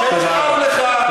שיכאב לך.